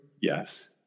Yes